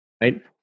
right